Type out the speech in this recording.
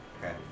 Okay